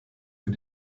für